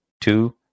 two